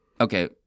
okay